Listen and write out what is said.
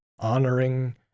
honoring